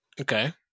Okay